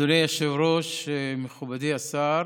אדוני היושב-ראש, מכובדי השר,